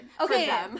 Okay